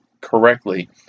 correctly